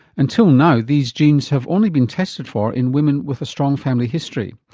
until now these genes have only been tested for in women with a strong family history,